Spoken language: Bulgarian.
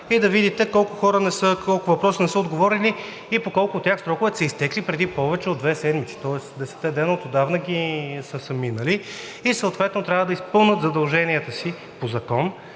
хора не са, колко въпроса не са отговорени и по колко от тях сроковете са изтекли преди повече от две седмици, тоест десетте дена отдавна са минали, съответно трябва да изпълнят задълженията си по закон,